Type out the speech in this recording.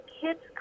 kids